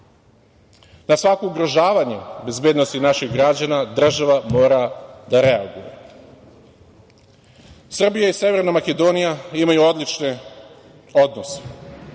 Na svako ugrožavanje bezbednosti naših građana, država mora da reaguje. Srbija i Severna Makedonija imaju odlične odnose.